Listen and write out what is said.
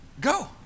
Go